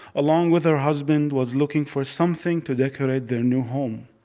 along with her husband, was looking for something to decorate their new home.